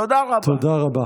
תודה רבה.